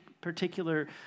particular